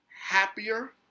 happier